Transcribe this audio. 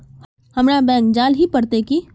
हमरा बैंक जाल ही पड़ते की?